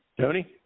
Tony